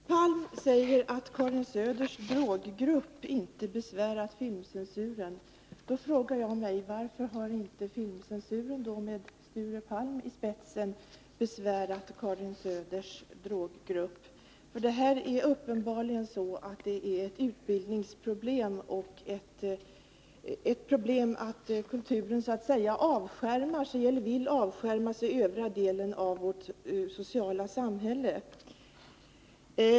Fru talman! Sture Palm säger att Karin Söders droggrupp inte besvärat filmcensuren. Då frågar jag: Varför har inte filmcensuren med Sture Palm i spetsen besvärat Karin Söders droggrupp? Det är uppenbarligen så, att detta är ett utbildningsproblem. Det är ett problem att kulturen så att säga vill avskärma sig från övriga delar av vårt samhällsliv.